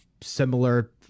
similar